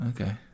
okay